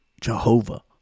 Jehovah